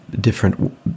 different